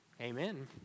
amen